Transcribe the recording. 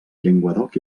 llenguadoc